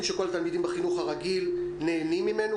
שכל התלמידים בחינוך הרגיל נהנים ממנו,